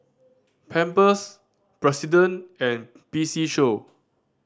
Pampers President and P C Show